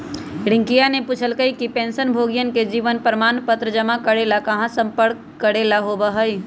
रियंकावा ने पूछल कई कि पेंशनभोगियन के जीवन प्रमाण पत्र जमा करे ला कहाँ संपर्क करे ला होबा हई?